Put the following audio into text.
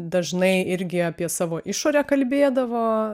dažnai irgi apie savo išorę kalbėdavo